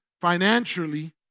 financially